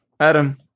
Adam